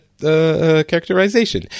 characterization